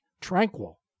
Tranquil